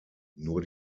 nur